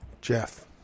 Jeff